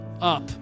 up